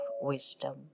Wisdom